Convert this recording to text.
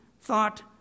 thought